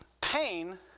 pain